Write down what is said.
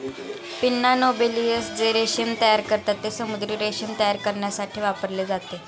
pinna नोबिलिस जे रेशीम तयार करतात, ते समुद्री रेशीम तयार करण्यासाठी वापरले जाते